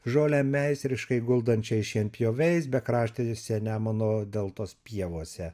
žolę meistriškai guldančiai šienpjoviais bekraštėse nemuno deltos pievose